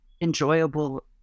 enjoyable